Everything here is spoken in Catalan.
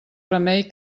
remei